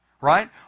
right